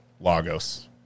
Lagos